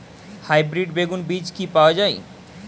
Hybrid বেগুন বীজ কি পাওয়া য়ায়?